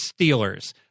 Steelers